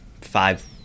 five